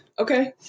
Okay